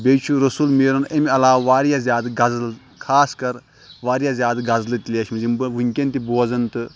بیٚیہِ چھُ رسول میٖرُن أمۍ علاوٕ واریاہ زیادٕ غزل خاص کَر واریاہ زیادٕ غزلہٕ تہِ لیٚچھمٕژ یِم بہٕ وٕنۍکٮ۪ن تہِ بوزان تہٕ